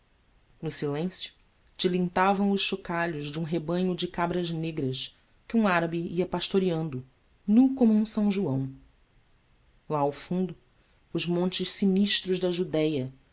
no silêncio tilintavam os chocalhos de um rebanho de cabras negras que um árabe ia pastoreando nu como um são joão lá ao fundo os montes sinistros da judéia